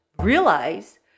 realize